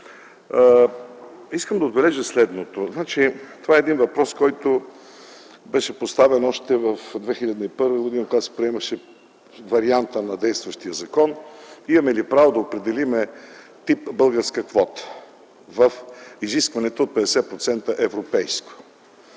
Искам да отбележа следното. Това е въпрос, който беше поставен още през 2001 г., когато се приемаше вариантът на действащия закон – имаме ли право да определим тип българска квота в изискването от 50% европейско.